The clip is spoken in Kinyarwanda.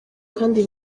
kandi